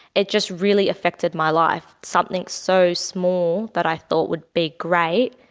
it just really affected my life. something so small that i thought would be great,